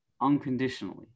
unconditionally